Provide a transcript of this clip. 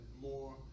more